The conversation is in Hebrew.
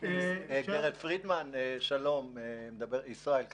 גברת פרידמן, שאלה קצרה.